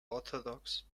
orthodox